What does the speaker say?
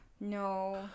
No